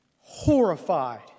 horrified